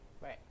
Right